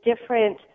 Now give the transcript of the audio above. different